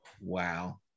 Wow